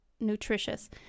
nutritious